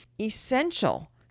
essential